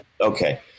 okay